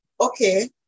okay